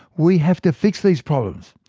we have to fix these problems.